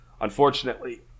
Unfortunately